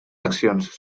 accions